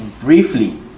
briefly